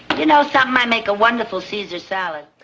you know, that might make a wonderful caesar salad,